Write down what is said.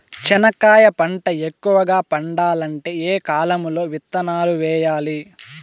చెనక్కాయ పంట ఎక్కువగా పండాలంటే ఏ కాలము లో విత్తనాలు వేయాలి?